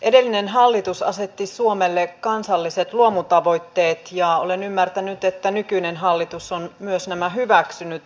edellinen hallitus asetti suomelle kansalliset luomutavoitteet ja olen ymmärtänyt että nykyinen hallitus on myös nämä hyväksynyt